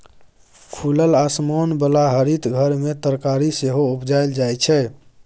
खुलल आसमान बला हरित घर मे तरकारी सेहो उपजाएल जाइ छै